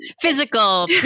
physical